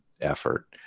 effort